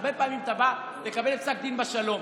הרבה פעמים אתה בא לקבל פסק דין בשלום,